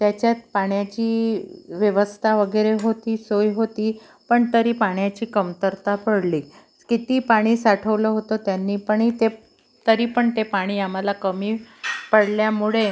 त्याच्यात पाण्याची व्यवस्था वगैरे होती सोय होती पण तरी पाण्याची कमतरता पडली किती पाणी साठवलं होतं त्यांनी पाणी ते तरीपण ते पाणी आम्हाला कमी पडल्यामुळे